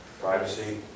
Privacy